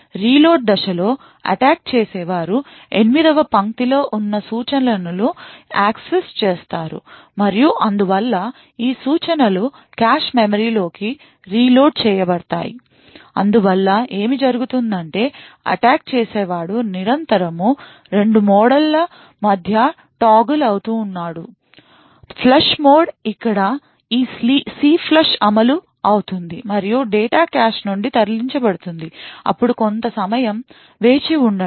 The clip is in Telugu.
రీలోడ్ దశలో అటాక్ చేసేవారు 8 వ పంక్తిలో ఉన్న సూచనలను యాక్సెస్ చేస్తారు మరియు అందువల్ల ఈ సూచనలు కాష్ మెమరీలోకి రీ లోడ్ చేయబడతాయి అందువల్ల ఏమి జరుగుతుందంటే అటాక్ చేసేవాడు నిరంతరం 2 మోడ్ల మధ్య టోగుల్ అవుతున్నాడు ఫ్లష్ మోడ్ ఇక్కడ ఈ CLFLUSH అమలు అవుతుంది మరియు డేటా కాష్ నుండి తరలించబడుతుంది అప్పుడు కొంత సమయం వేచి ఉండండి